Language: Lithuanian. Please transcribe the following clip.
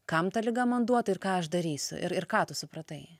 kam ta liga man duota ir ką aš darysiu ir ir ką tu supratai